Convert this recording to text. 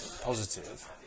positive